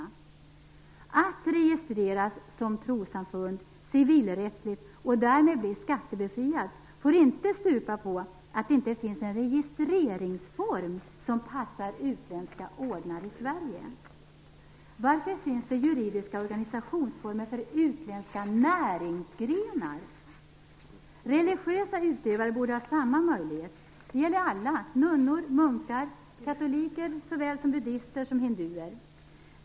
Att civilrättsligt registreras som trossamfund, och därmed bli skattebefriad, får inte stupa på att det inte finns en registreringsform som passar utländska ordnar i Sverige. Varför finns det juridiska organisationsformer för utländska näringsgrenar? Religiösa utövare borde ha samma möjlighet. Det gäller alla nunnor och munkar, katoliker såväl som buddister och hinduer.